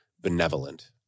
benevolent